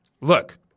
look